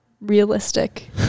realistic